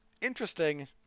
interesting